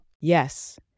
Yes